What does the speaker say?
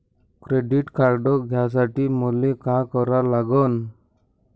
Credit card घ्यासाठी मले का करा लागन?